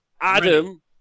Adam